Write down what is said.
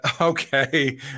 Okay